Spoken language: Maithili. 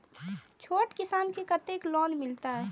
छोट किसान के कतेक लोन मिलते?